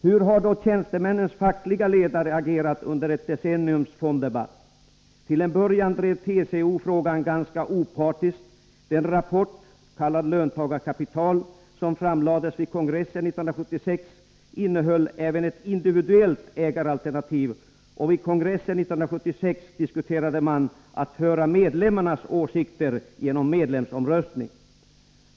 Hur har då tjänstemännens fackliga ledare agerat under ett decenniums fonddebatt? Till en början drev TCO frågan ganska opartiskt. Den rapport, kallad Löntagarkapital, som framlades vid kongressen 1976 innehöll även ett individuellt ägaralternativ. Vid kongressen 1976 diskuterade man frågan om man skulle höra medlemmarnas åsikter genom medlemsomröstning.